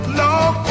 long